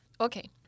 Okay